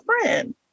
friend